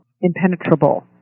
impenetrable